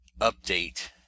update